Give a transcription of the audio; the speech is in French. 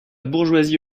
bourgeoisie